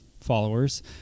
followers